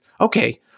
okay